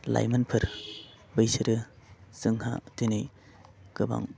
लाइमोनफोर बैसोरो जोंहा दिनै गोबां